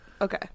Okay